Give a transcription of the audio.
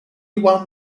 one